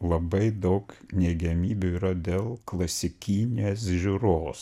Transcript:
labai daug neigiamybių yra dėl klasikinės žiūros